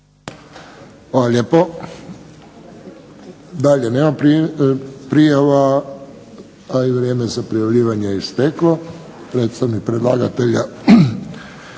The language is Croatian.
lijepo. Dalje nema prijava. I vrijeme za prijavljivanje je isteklo. Predstavnik predlagatelja